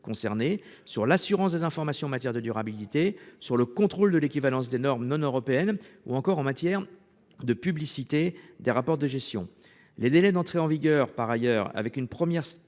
concernées sur l'assurance des informations en matière de durabilité sur le contrôle de l'équivalence des normes non- européenne ou encore en matière de publicité des rapports de gestion, les délais d'entrée en vigueur par ailleurs avec une première strate